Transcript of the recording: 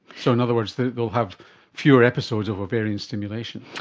so, in other words, they'll they'll have fewer episodes of ovarian stimulation.